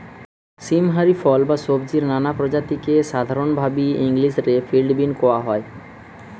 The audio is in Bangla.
সীম হারি ফল বা সব্জির নানা প্রজাতিকে সাধরণভাবি ইংলিশ রে ফিল্ড বীন কওয়া হয়